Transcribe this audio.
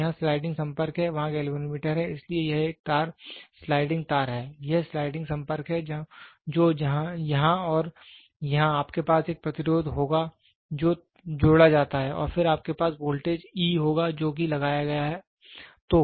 तो यहां स्लाइडिंग संपर्क है वहां गैल्वेनोमीटर है इसलिए यह एक तार स्लाइडिंग तार है यह स्लाइडिंग संपर्क है जो यहां है और यहां आपके पास एक प्रतिरोध होगा जो जोड़ा जाता है और फिर आपके पास वोल्टेज E होगा जो कि लगाया है